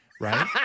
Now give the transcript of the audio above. right